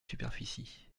superficie